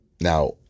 Now